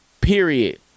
Period